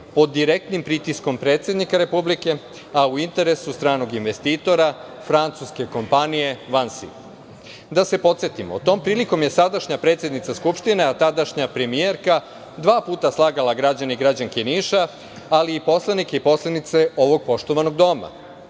pod direktnim pritiskom predsednika Republike, a u interesu stranog investitora francuske kompanije „Vansi“. Da se podsetimo tom prilikom je sadašnja predsednica Skupštine, a tadašnja premijerka dva puta slagala građane i građanke Niša, ali i poslanike i poslanice ovog poštovanog doma.